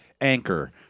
anchor